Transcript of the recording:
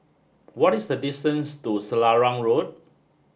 what is the distance to Selarang Road